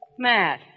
Matt